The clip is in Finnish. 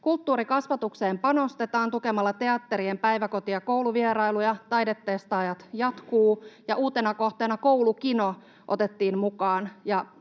Kulttuurikasvatukseen panostetaan tukemalla teatterien päiväkoti- ja kouluvierailuja, Taidetestaajat jatkuu ja uutena kohteena otettiin mukaan